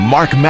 Mark